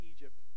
Egypt